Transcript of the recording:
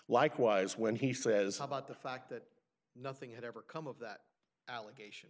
likewise when he says about the fact that nothing had ever come of that allegation